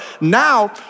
Now